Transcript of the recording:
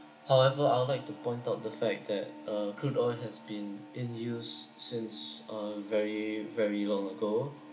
however I would like to point out the fact that uh crude oil has been in use since uh very very long ago